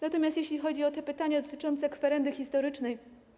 Natomiast jeśli chodzi o pytania dotyczące kwerendy historycznej.